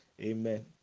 amen